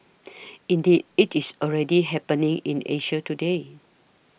indeed it's already happening in Asia today